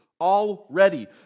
already